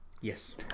Yes